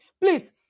Please